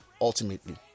ultimately